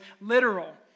literal